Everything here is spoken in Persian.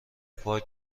پارک